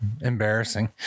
embarrassing